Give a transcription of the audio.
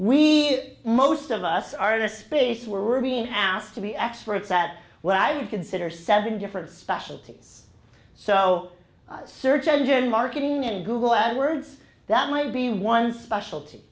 it most of us are in a space where we're being asked to be experts at what i would consider seven different specialties so search engine marketing and google ad words that might be one specialty